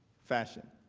fashion